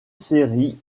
série